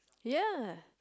ya